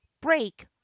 Break